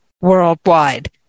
worldwide